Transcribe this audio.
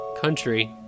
country